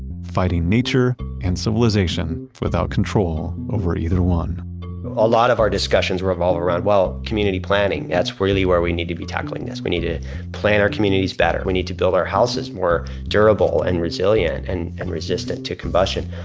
fighting nature and civilization without control over either one a lot of our discussions revolve around, well, community planning. that's really where we need to be tackling this. we need to plan our communities better. we need to build our houses more durable and resilient and and resistant to combustion.